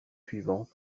suivant